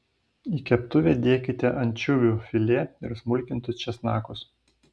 į keptuvę dėkite ančiuvių filė ir smulkintus česnakus